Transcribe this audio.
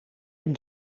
hem